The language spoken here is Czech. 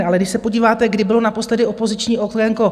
Ale když se podíváte, kdy bylo naposledy opoziční okénko?